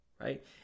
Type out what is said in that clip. right